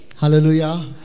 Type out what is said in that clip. Hallelujah